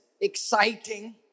exciting